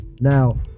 Now